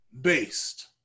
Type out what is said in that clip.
based